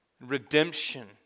redemption